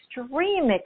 extreme